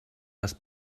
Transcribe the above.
les